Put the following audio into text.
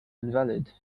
invalid